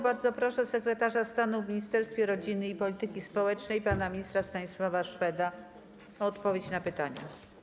Bardzo proszę sekretarza stanu w Ministerstwie Rodziny i Polityki Społecznej pana ministra Stanisława Szweda o odpowiedź na pytania.